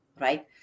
right